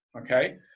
okay